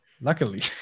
Luckily